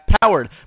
powered